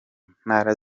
ntara